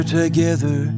together